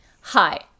Hi